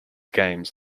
games